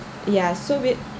yeah so with